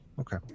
Okay